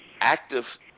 Active